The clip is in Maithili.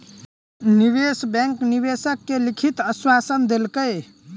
निवेश बैंक निवेशक के लिखित आश्वासन देलकै